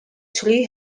three